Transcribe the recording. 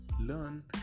learn